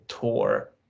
tour